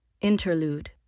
Interlude